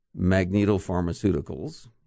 magnetopharmaceuticals